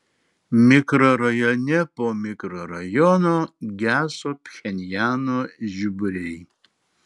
mikrorajone po mikrorajono geso pchenjano žiburiai